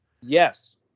yes